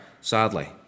sadly